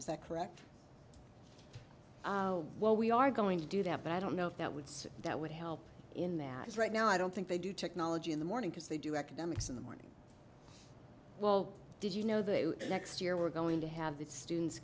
is that correct well we are going to do that but i don't know if that would say that would help in that is right now i don't think they do technology in the morning because they do academics in the morning well did you know the next year we're going to have the students